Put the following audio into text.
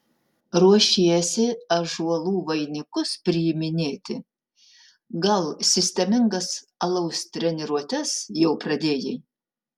ruošiesi ąžuolų vainikus priiminėti gal sistemingas alaus treniruotes jau pradėjai